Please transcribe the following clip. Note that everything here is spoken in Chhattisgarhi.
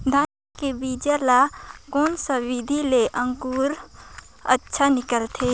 धान के बीजा ला कोन सा विधि ले अंकुर अच्छा निकलथे?